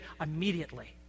immediately